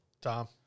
Tom